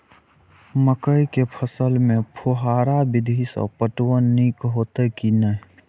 मकई के फसल में फुहारा विधि स पटवन नीक हेतै की नै?